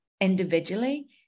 individually